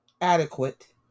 adequate